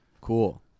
Cool